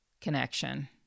connection